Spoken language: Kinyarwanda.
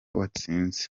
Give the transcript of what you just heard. watsinze